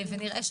ונראה,